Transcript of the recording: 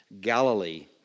Galilee